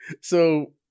So-